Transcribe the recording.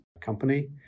company